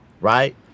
right